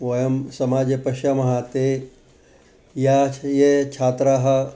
वयं समाजे पश्यामः ते या ये छात्राः